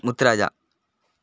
Muthuraja